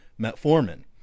Metformin